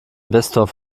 investor